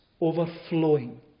overflowing